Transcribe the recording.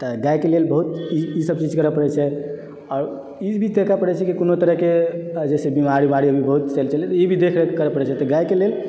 तऽ गायके लेल बहुत ईसभ चीज करय पड़ैत छै आओर ई भी देखय पड़ैत छै जेकि कोनो तरहकेँ जैसे बीमारी उमारी अभी बहुत चलि रहल छै तऽ ई भी देखरेख करय पड़ैत छै तऽ गायके लेल